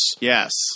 Yes